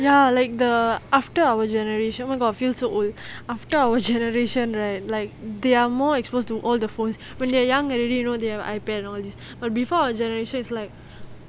ya like the after our generation oh my god feel so old after our generation right like they are more exposed to all the phones when they're young already you know they have iPad and all this but before our generation is like